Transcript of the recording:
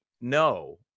no